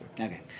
Okay